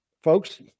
folks